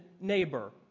neighbor